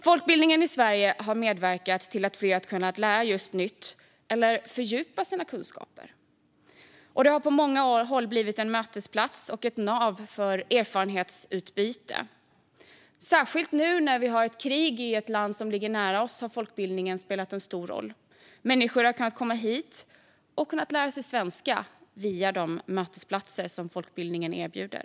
Folkbildningen i Sverige har medverkat till att fler har kunnat lära sig nytt eller fördjupa sina kunskaper. Det har på många håll skapats en mötesplats och ett nav för erfarenhetsutbyte. Det gäller särskilt nu när det pågår ett krig i ett land nära oss. Då har folkbildningen spelat en stor roll. Människor har kunnat komma hit och har kunnat lära sig svenska via de mötesplatser som folkbildningen erbjuder.